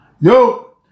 Yo